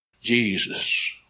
Jesus